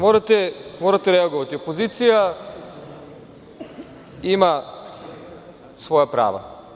Morate reagovati, opozicija ima svoja prava.